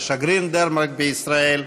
לשגריר דנמרק בישראל.